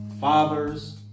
fathers